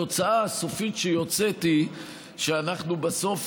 התוצאה הסופית שיוצאת היא שאנחנו בסוף